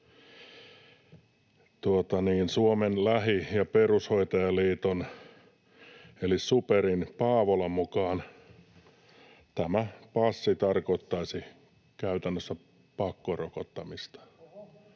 Suomen lähi‑ ja perushoitajaliiton eli SuPerin Paavolan mukaan tämä passi tarkoittaisi käytännössä pakkorokottamista.